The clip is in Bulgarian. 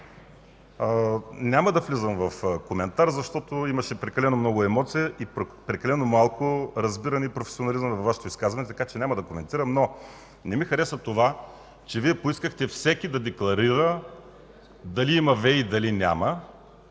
Няма да влизам в коментар, защото имаше прекалено много емоция и прекалено малко разбиране и професионализъм във Вашето изказване, така че няма да коментирам. Но не ми харесва това, че Вие поискахте всеки да декларира дали има ВЕИ или няма